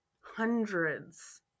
hundreds